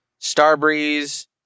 Starbreeze